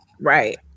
Right